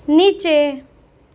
નીચે